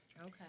Okay